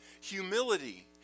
Humility